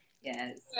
Yes